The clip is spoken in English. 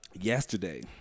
yesterday